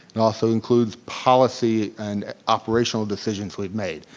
and also includes policy and operational decisions we've made.